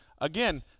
again